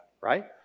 right